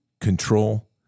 control